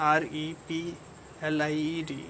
replied